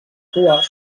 cua